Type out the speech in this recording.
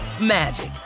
magic